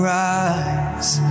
rise